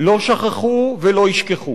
לא שכחו ולא ישכחו.